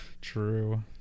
true